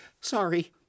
Sorry